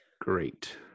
great